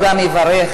אינו נוכח,